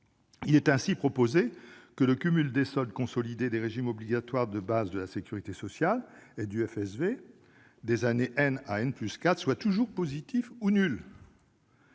Il est ainsi proposé que le cumul des soldes consolidés des régimes obligatoires de base de sécurité sociale et du FSV des années à +4 soit toujours positif ou nul